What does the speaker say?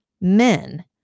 men